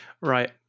Right